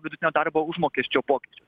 vidutinio darbo užmokesčio pokyčius